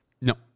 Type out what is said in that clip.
No